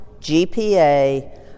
GPA